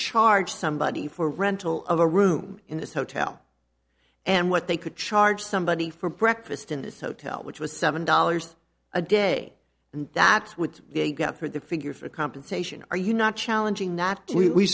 charge somebody for rental of a room in this hotel and what they could charge somebody for breakfast in this hotel which was seven dollars a day and that's what they got for the figure for compensation are you not challenging not to we